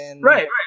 Right